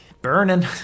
burning